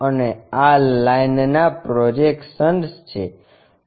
અને આ લાઈનના પ્રોજેક્શન્સ છે